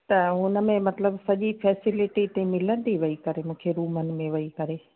त उनमें मतिलबु सॼी फैसिलिटी मिलंदी वेही करे मूंखे रूमनि में वेही करे